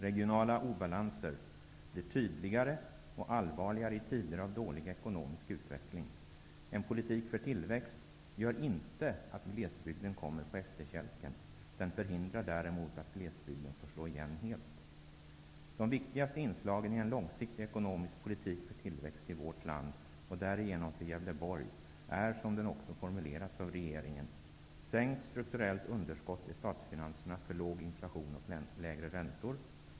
Regionala obalanser blir tydligare och allvarligare i tider av dålig ekonomisk utveckling. En politik för tillväxt gör inte att glesbygden kommer på efterkälken -- den förhindrar däremot att glesbygden får slå igen helt. De viktigaste inslagen i en långsiktig ekonomisk politik för tillväxt i vårt land, och därigenom för Gävleborg är, såsom det också formulerats av regeringen: Sänkt strukturellt underskott i statsfinanserna för att skapa låg inflation och lägre räntor.